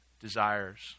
desires